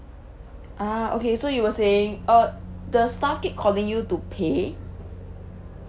ah okay so you were saying uh the staff keep calling you to pay